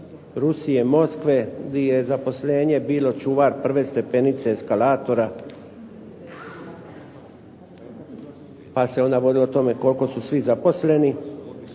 Rusije, Moskve gdje je zaposlenje bilo čuvati prve stepenice eskalatora, pa se onda vodilo o tome koliko su svi zaposleni.